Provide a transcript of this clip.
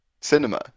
cinema